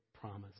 promise